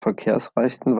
verkehrsreichsten